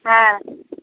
हँ